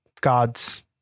god's